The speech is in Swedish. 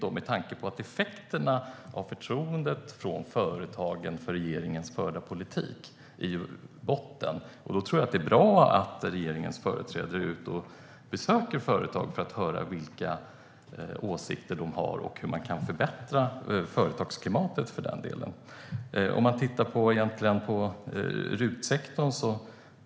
Men med tanke på att förtroendet hos företagen för regeringens förda politik är på botten tror jag att det är bra att regeringens företrädare är ute och besöker företag för att höra vilka åsikter de har och hur man kan förbättra företagsklimatet, för den delen. Man kan titta på RUT-sektorn.